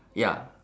ya